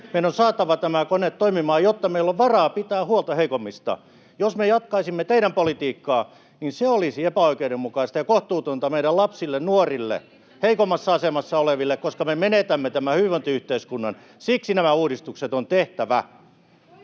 Meidän on saatava tämä kone toimimaan, jotta meillä on varaa pitää huolta heikommista. Jos me jatkaisimme teidän politiikkaanne, niin se olisi epäoikeudenmukaista ja kohtuutonta meidän lapsille, nuorille, heikoimmassa asemassa oleville, koska me menetämme tämän hyvinvointiyhteiskunnan. Siksi nämä uudistukset on tehtävä.